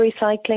recycling